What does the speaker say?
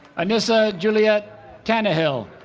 anissa juliette tannehill